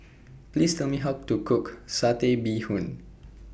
Please Tell Me How to Cook Satay Bee Hoon